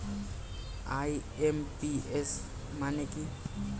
IMPS মানে কি?